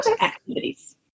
activities